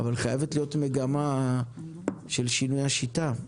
אבל חייבת להיות מגמה של שינוי השיטה.